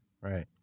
Right